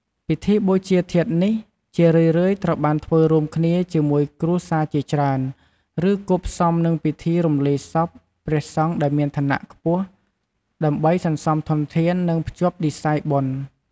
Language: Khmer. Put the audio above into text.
ពិធីបូជាធាតុនេះ ជារឿយៗត្រូវបានធ្វើរួមគ្នាជាមួយគ្រួសារជាច្រើន ឬគួបផ្សំនឹងពិធីរំលាយសពព្រះសង្ឃដែលមានឋានៈខ្ពស់ ដើម្បីសន្សំធនធាន និងភ្ជាប់និស្ស័យបុណ្យ។